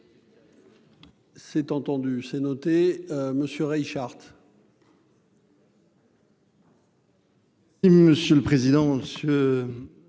C'est entendu c'est noté monsieur Richard. Oui, monsieur le président,